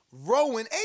Rowan